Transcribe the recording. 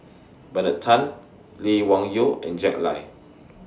Bernard Tan Lee Wung Yew and Jack Lai